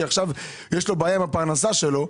כי עכשיו יש לו בעיה עם הפרנסה שלו,